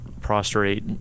prostrate